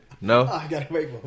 No